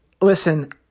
listen